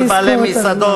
של בעלי מסעדות,